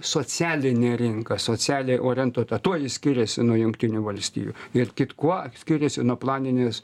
socialinė rinka socialiai orientuota tuo ji skiriasi nuo jungtinių valstijų ir kitkuo skiriasi nuo planinės